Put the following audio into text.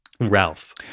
Ralph